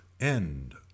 End